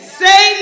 say